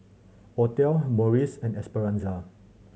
Othel Maurice and Esperanza